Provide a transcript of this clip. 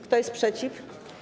Kto jest przeciw?